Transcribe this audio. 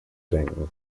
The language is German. denken